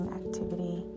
activity